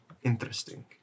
Interesting